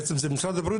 בעצם זה משרד הבריאות,